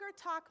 talk